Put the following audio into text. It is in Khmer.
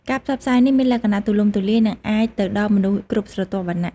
ការផ្សព្វផ្សាយនេះមានលក្ខណៈទូលំទូលាយនិងអាចទៅដល់មនុស្សគ្រប់ស្រទាប់វណ្ណៈ។